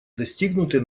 достигнутые